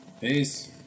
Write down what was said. Peace